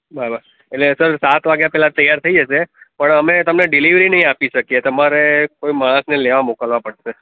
બરાબર એટલે સર સાત વાગ્યા પહેલાં તૈયાર થઇ જશે પણ અમે તમને ડીલીવરી નહીં આપી શકીએ તમારે કોઈ માણસને લેવા મોકલવા પડશે